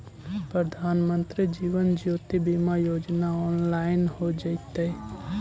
प्रधानमंत्री जीवन ज्योति बीमा योजना ऑनलाइन हो जइतइ